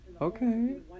Okay